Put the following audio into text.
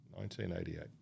1988